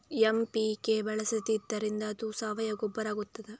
MPK ಬಳಸಿದ್ದರಿಂದ ಅದು ಸಾವಯವ ಗೊಬ್ಬರ ಆಗ್ತದ?